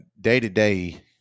day-to-day